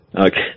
Okay